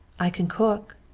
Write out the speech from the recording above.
i can cook.